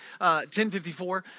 1054